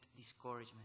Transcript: discouragement